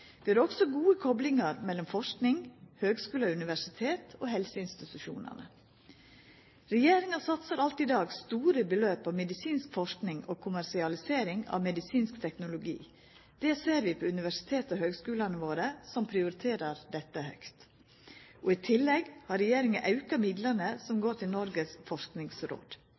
Vi har også gode koplingar mellom forsking, høgskular/universitet og helseinstitusjonar. Regjeringa satsar alt i dag store beløp på medisinsk forsking og kommersialisering av medisinsk teknologi. Det ser vi på universiteta og høgskulane våre, som prioriterer dette høgt. I tillegg har regjeringa auka midlane som går til Noregs forskingsråd.